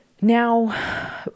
Now